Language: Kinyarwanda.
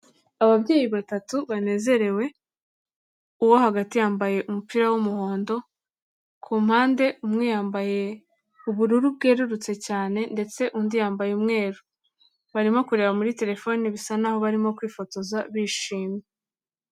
Ababyeyi batatu banezerewe, uwo hagati yambaye umupira w'umuhondo, ku mpande umwe yambaye ubururu bwerurutse cyane ndetse undi yambaye umweru. Barimo kureba muri telefone bisa naho barimo kwifotoza bishimye.